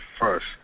first